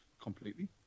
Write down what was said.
completely